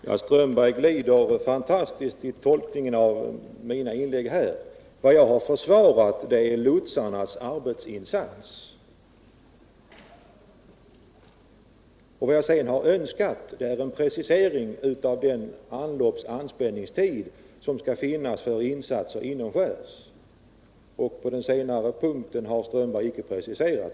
Herr talman! Karl-Erik Strömberg glider fantastiskt i tolkningen av mina inlägg. Vad jag har försvarat är lotsarnas arbetsinsats. Vidare har jag önskat en precisering av den anloppsoch anspänningstid som skall finnas för insatser inomskärs. På den senare punkten har herr Strömberg tyvärr icke preciserat